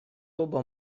оба